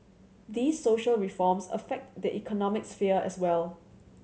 these social reforms affect the economic sphere as well